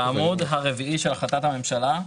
בעמוד הרביעי של החלטת הממשלה.